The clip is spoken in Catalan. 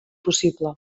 possible